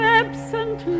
absent